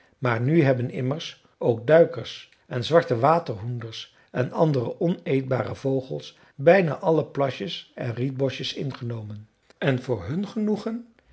maar nu hebben immers ook duikers en zwarte waterhoenders en andere oneetbare vogels bijna alle plasjes en rietbosjes ingenomen en voor hun genoegen